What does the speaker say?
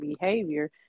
behavior